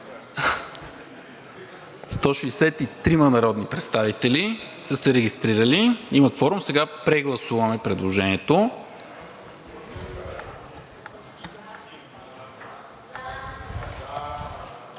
163 народни представители са се регистрирали. Има кворум. Сега прегласуваме предложението.